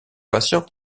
patient